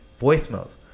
voicemails